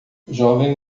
jovem